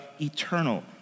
eternal